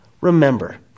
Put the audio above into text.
Remember